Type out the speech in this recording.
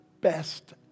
best